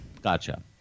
Gotcha